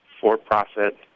for-profit